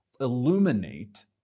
illuminate